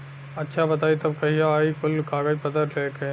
अच्छा बताई तब कहिया आई कुल कागज पतर लेके?